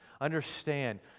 understand